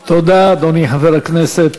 תודה, אדוני חבר הכנסת